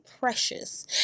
precious